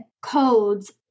codes